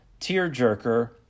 tearjerker